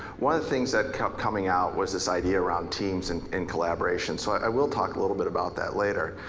one of the things that kept coming out was this idea around teams and and collaboration. so i will talk a little bit about that later.